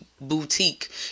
boutique